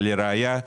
ולראיה,